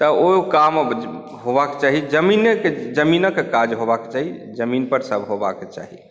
तऽ ओ काम होबाक चाही ज़मीने ज़मीनक काज होबाक चाही ज़मीनपर सभ होबाक चाही